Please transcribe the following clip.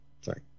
Sorry